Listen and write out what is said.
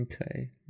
okay